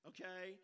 Okay